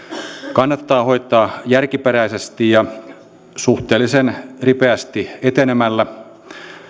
kannattaa hoitaa järkiperäisesti ja suhteellisen ripeästi etenemällä